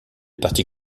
parti